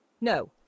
No